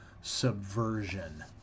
subversion